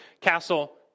castle